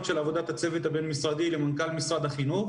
של עבודת הצוות הבין-משרדי למנכ"ל משרד החינוך